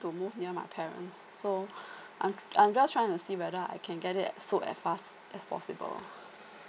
to move near my parents so I'm I'm just trying to see whether I can get it so as fast as possible